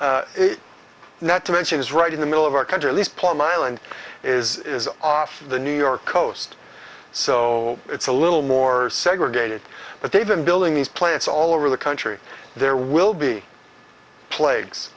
east not to mention is right in the middle of our country at least plum island is off the new york coast so it's a little more segregated but they've been building these plants all over the country there will be plagues